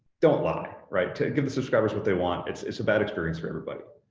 don't lie, right? give the subscribers what they want. it's it's a bad experience for everybody.